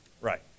Right